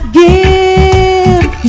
give